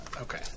Okay